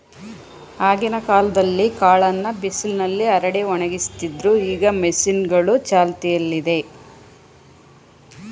ಆಗಿನ ಕಾಲ್ದಲ್ಲೀ ಕಾಳನ್ನ ಬಿಸಿಲ್ನಲ್ಲಿ ಹರಡಿ ಒಣಗಿಸ್ತಿದ್ರು ಈಗ ಮಷೀನ್ಗಳೂ ಚಾಲ್ತಿಯಲ್ಲಿದೆ